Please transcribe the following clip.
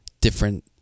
different